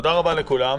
תודה רבה לכולם.